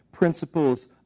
principles